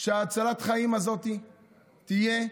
שהצלת החיים הזאת תהיה,